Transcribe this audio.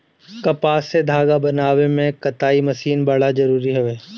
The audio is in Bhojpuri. कपास से धागा बनावे में कताई मशीन बड़ा जरूरी हवे